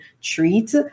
treat